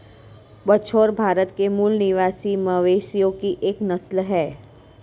बछौर भारत के मूल निवासी मवेशियों की एक नस्ल है